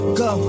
go